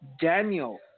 Daniel